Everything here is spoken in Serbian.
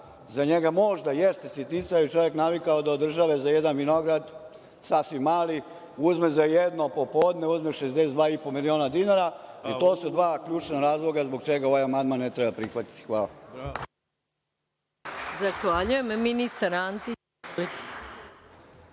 Za njega možda jeste sitnica jer je čovek navikao da od države za jedan vinograd, sasvim mali uzme za jedno popodne 62,5 miliona dinara i to su dva ključna razloga zbog čega ovaj amandman ne treba prihvatiti. Hvala.